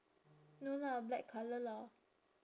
no lah black colour lah